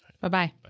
Bye-bye